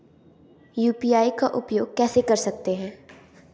UPI का उपयोग कैसे कर सकते हैं?